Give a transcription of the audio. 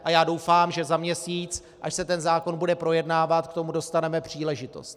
A já doufám, že za měsíc, až se zákon bude projednávat, k tomu dostaneme příležitost.